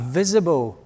visible